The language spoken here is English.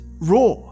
Raw